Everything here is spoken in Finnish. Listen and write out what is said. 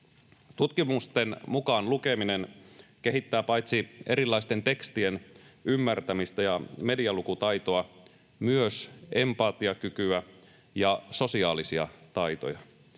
Tutkimusten mukaan lukeminen kehittää paitsi erilaisten tekstien ymmärtämistä ja media-lukutaitoa myös empatiakykyä ja sosiaalisia taitoja.